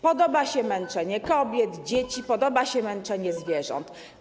Podoba im się męczenie kobiet, dzieci, podoba im się męczenie zwierząt.